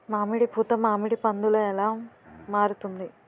మామిడి పూత మామిడి పందుల ఎలా మారుతుంది?